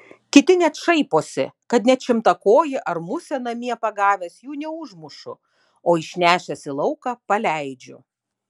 kiti net šaiposi kad net šimtakojį ar musę namie pagavęs jų neužmušu o išnešęs į lauką paleidžiu